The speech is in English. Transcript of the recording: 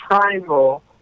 triangle